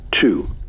two